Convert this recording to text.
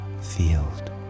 field